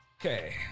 Okay